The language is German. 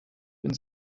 bin